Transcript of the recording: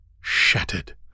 shattered